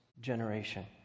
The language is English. generation